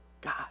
God